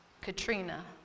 Katrina